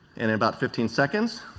and in about fifteen seconds